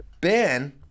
Ben